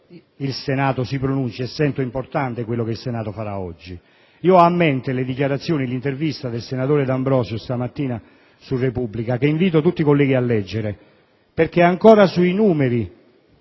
il Senato si pronunci, essendo importante quello che il Senato farà oggi. Ho a mente l'intervista del senatore D'Ambrosio pubblicata questa mattina su "la Repubblica", che invito tutti i colleghi a leggere perché ancora sui numeri